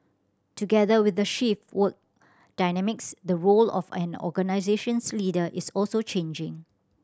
together with the shift work dynamics the role of an organisation's leader is also changing